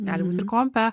gali būt ir kompe